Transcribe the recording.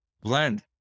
blend